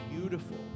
beautiful